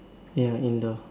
ya indoor